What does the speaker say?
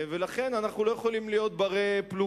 ולכן אנחנו לא יכולים להיות בני-פלוגתא,